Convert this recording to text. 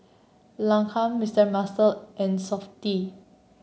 Lancome Mister Muscle and Softy